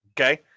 okay